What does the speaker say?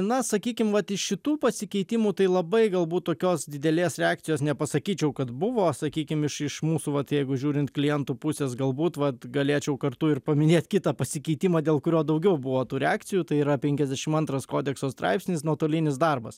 na sakykim vat iš šitų pasikeitimų tai labai galbūt tokios didelės reakcijos nepasakyčiau kad buvo sakykim iš iš mūsų vat jeigu žiūrint klientų pusės galbūt vat galėčiau kartu ir paminėt kitą pasikeitimą dėl kurio daugiau buvo tų reakcijų tai yra penkiasdešim antras kodekso straipsnis nuotolinis darbas